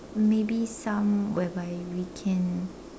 maybe some whereby we can